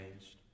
changed